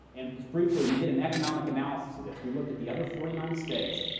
and just briefly, we did an economic analysis of this. we looked at the other forty nine states.